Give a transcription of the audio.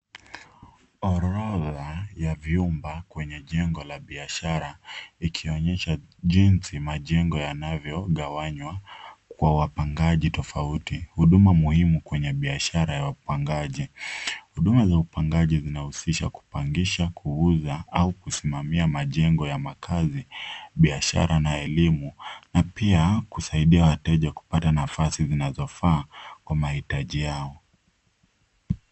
Orodha ya vyumba kwenye jengo la biashara, ikionyesha jinsi majengo yanavyogawanywa kwa wapangaji tofauti. Huduma muhimu kwenye biashara ya wapangaji. Huduma za wapangaji zinahusisha kupangisha, kuuza au kusimamia majengo ya makazi, biashara na elimu na pia kusaidia wateja kupata nafasi zinazofaa kwa mahitaji yao.